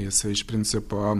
jisai iš principo